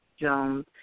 Jones